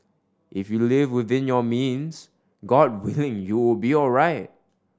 if you live within your means God willing you will be alright